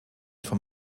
vom